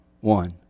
one